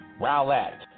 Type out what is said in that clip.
Rowlett